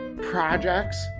projects